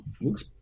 looks